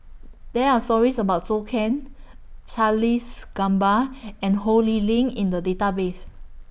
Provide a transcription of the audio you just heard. There Are stories about Zhou Can Charles Gamba and Ho Lee Ling in The Database